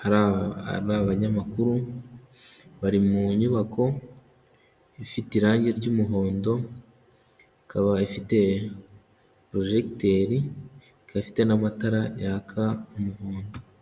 hari abanyamakuru, bari mu nyubako ifite irangi ry'umuhondo, ikaba ifite porojegiteri ikaba ifite n'amatara yaka umuhondo.